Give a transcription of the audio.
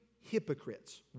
hypocrites